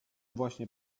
właśnie